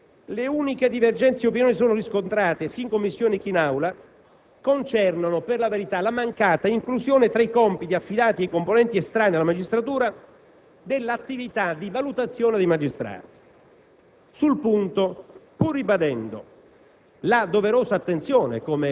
Per quanto riguarda i consigli giudiziari, su cui molto si è discusso, le uniche divergenze di opinioni che si sono riscontrate, sia in Commissione che in Aula, concernono, per la verità, la mancata inclusione tra i compiti affidati ai componenti estranei alla magistratura, dell'attività di valutazione dei magistrati.